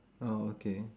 oh okay